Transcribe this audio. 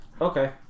Okay